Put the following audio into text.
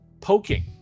poking